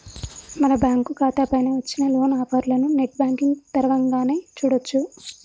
మన బ్యాంకు ఖాతా పైన వచ్చిన లోన్ ఆఫర్లను నెట్ బ్యాంకింగ్ తరవంగానే చూడొచ్చు